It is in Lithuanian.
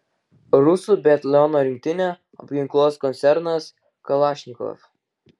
rusų biatlono rinktinę apginkluos koncernas kalašnikov